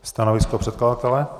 Stanovisko předkladatele? .